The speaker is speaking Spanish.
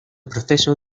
proceso